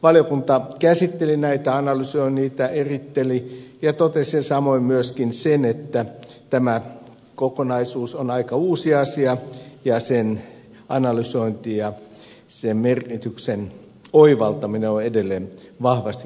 valiokunta käsitteli näitä analysoi niitä eritteli ja totesi samoin myöskin sen että tämä kokonaisuus on aika uusi asia ja sen analysointi ja sen merkityksen oivaltaminen ovat edelleen vahvasti kyllä kesken